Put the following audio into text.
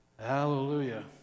Hallelujah